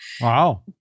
wow